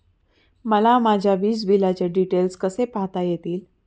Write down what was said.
मला माझ्या वीजबिलाचे डिटेल्स कसे पाहता येतील?